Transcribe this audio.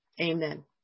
Amen